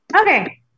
Okay